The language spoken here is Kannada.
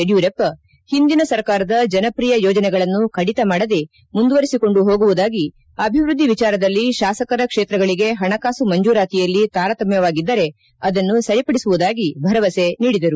ಯಡಿಯೂರಪ್ಪ ಹಿಂದಿನ ಸರ್ಕಾರದ ಜನಪ್ರಿಯ ಯೋಜನೆಗಳನ್ನು ಕಡಿತ ಮಾಡದೆ ಮುಂದುವರೆಸಿಕೊಂಡು ಹೋಗುವುದಾಗಿ ಅಭಿವ್ಯದ್ದಿ ವಿಚಾರದಲ್ಲಿ ಶಾಸಕರ ಕ್ಷೇತ್ರಗಳಿಗೆ ಹಣಕಾಸು ಮಂಜೂರಾತಿಯಲ್ಲಿ ತಾರತಮ್ಮವಾಗಿದ್ದರೆ ಅದನ್ನು ಸರಿಪಡಿಸುವುದಾಗಿ ಭರವಸೆ ನೀಡಿದರು